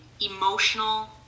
emotional